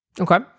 Okay